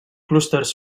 clústers